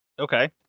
Okay